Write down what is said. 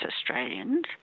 Australians